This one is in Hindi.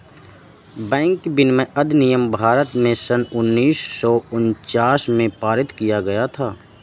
बैंक विनियमन अधिनियम भारत में सन उन्नीस सौ उनचास में पारित किया गया था